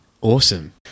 Awesome